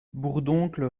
bourdoncle